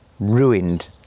ruined